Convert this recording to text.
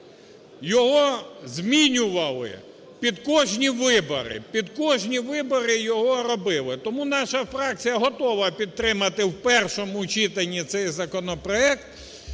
Його змінювали під кожні вибори, під кожні вибори його робили. Тому наша фракція готова підтримати в першому читанні цей законопроект